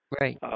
Right